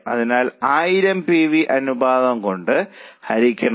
അതിനാൽ 1000 പിവി അനുപാതം കൊണ്ട് ഹരിക്കണോ